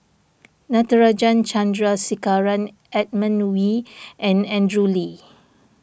Natarajan Chandrasekaran Edmund Wee and Andrew Lee